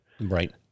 Right